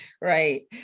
Right